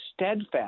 steadfast